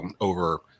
over